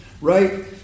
Right